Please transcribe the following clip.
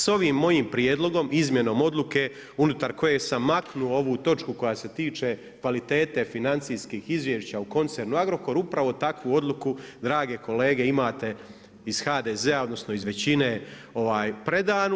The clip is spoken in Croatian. Sa ovim mojim prijedlogom izmjenom odluke unutar koje sam maknuo ovu točku koja se tiče kvalitete financijskih izvješća u koncernu Agrokor, upravo takvu odluku drage kolege imate iz HDZ-a, odnosno iz većine predanu.